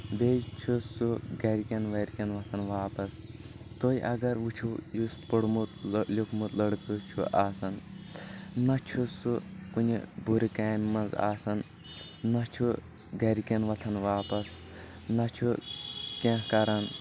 بییٚہِ چھُ سُہ گرکٮ۪ن ورکٮ۪ن وتھان واپس تُہۍ اگر وٕچھِو یُس پوٚرمُت لیوٗکھمُت لڑکہٕ چھُ آسان نہ چھُ سُہ کُنہِ بُرٕ کامہِ منٛز آسان نہ چھُ گرکٮ۪ن وتھان واپس نہ چھُ کینٛہہ کران